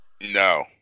No